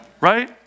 right